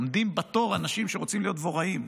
עומדים בתור אנשים שרוצים להיות דבוראים.